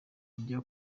ajya